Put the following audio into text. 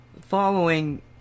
following